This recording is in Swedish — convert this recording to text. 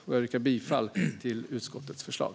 Jag yrkar bifall till utskottets förslag.